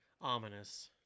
ominous